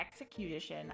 execution